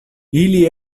ili